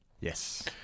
Yes